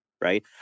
right